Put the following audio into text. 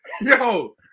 yo